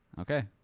Okay